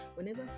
Whenever